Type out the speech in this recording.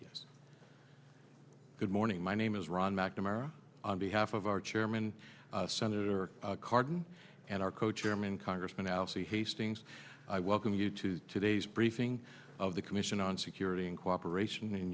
yes good morning my name is ron mcnamara on behalf of our chairman senator cardin and our cochairman congressman alcee hastings i welcome you to today's briefing of the commission on security and cooperation in